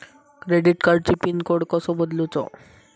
Credit कार्डची pin code कसो बदलुचा?